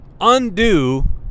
undo